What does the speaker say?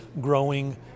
growing